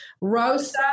Rosa